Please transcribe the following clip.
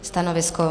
Stanovisko?